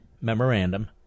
memorandum